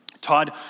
Todd